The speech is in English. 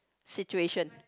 situation